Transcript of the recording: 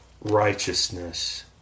righteousness